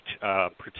protect